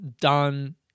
done